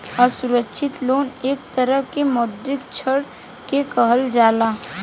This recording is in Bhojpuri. असुरक्षित लोन एक तरह के मौद्रिक ऋण के कहल जाला